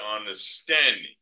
understanding